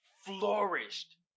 flourished